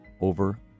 over